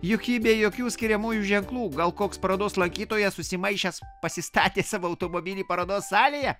juk ji be jokių skiriamųjų ženklų gal koks parodos lankytojas susimaišęs pasistatė savo automobilį parodos salėje